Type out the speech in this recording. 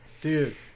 Dude